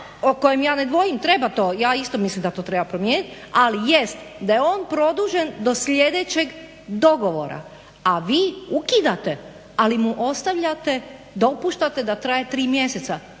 o kojem ja ne dvojim treba to, ja isto mislim da to treba promijeniti, ali jest da je on produžen do sljedećeg dogovora, a vi ukidate ali mu ostavljate, dopuštate da traje tri mjeseca.